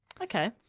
Okay